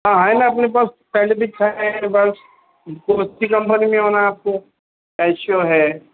ہاں ہے نا اپنے پاس پینڈمک ہے بس دوسری کمپنی ہونا ہے آپ کو کیشیو ہے